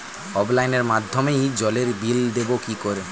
অফলাইনে মাধ্যমেই জলের বিল দেবো কি করে?